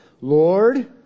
Lord